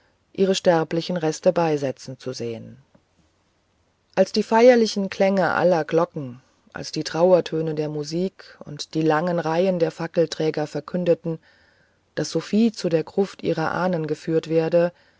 ihre sterblichen reste beisetzen zu sehen als die feierlichen klänge aller glocken als die trauertöne der musik und die langen reihen der fackelträger verkündeten daß sophie zu der gruft ihrer ahnen geführt werde